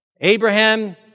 Abraham